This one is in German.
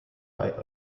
bei